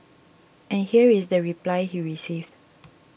and here is the reply he received